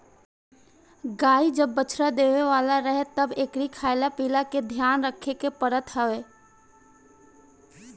गाई जब बच्चा देवे वाला रहे तब एकरी खाईला पियला के ध्यान रखे के पड़त हवे